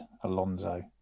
Alonso